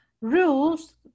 rules